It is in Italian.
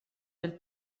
del